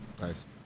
Nice